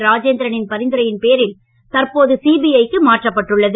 ராஜேந்திரனின் பரிந்துரையின்பேரில் தற்போது சிபிஐ க்கு மாற்றப்படுள்ளது